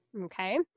Okay